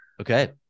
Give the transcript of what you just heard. Okay